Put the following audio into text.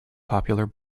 popular